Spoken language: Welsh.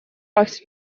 oes